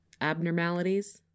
abnormalities